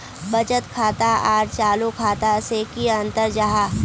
बचत खाता आर चालू खाता से की अंतर जाहा?